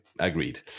Agreed